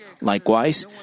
likewise